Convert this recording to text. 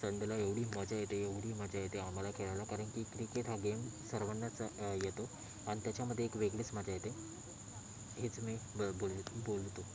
संडेला एवढी मजा येते एवढी मजा येते आम्हाला खेळायला कारण की क्रिकेट हा गेम सर्वांनाच येतो आणि त्याच्यामध्ये एक वेगळीच मजा येते हेच मी ब बोलू बोलतो